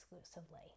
exclusively